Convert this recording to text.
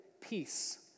peace